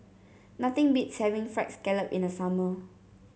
nothing beats having fried scallop in the summer